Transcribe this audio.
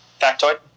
Factoid